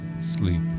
sleep